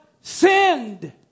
sinned